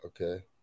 Okay